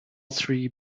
three